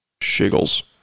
Shiggles